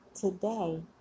today